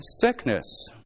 sickness